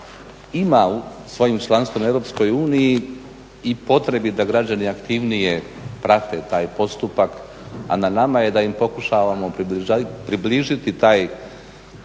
ima svojim članstvom u EU i potrebi da građani aktivnije prate taj postupak, a na nama je da im pokušamo približiti to